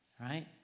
right